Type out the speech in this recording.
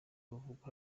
ruvugwa